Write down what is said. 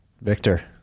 Victor